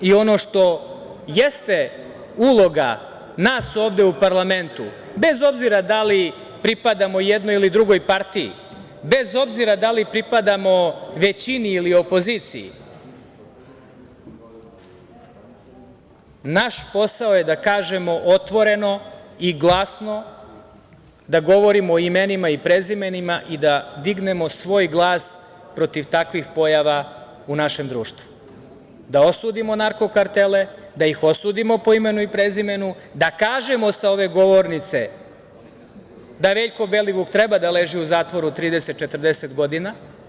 Ono što jeste uloga nas ovde u parlamentu, bez obzira da li pripadamo jednoj ili drugoj partiji, bez obzira da li pripadamo većini ili opoziciji, naš posao je da kažemo otvoreno i glasno da govorimo o imenima i prezimenima i da dignemo svoj glas protiv takvih pojava u našem društvu, da osudimo narko-kartele, da ih osudimo po imenu i prezimenu, da kažemo sa ove govornice da Veljko Belivuk treba da leži u zatvoru 30-40 godina.